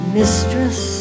mistress